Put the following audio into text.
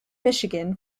michigan